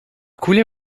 coulait